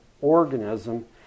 organism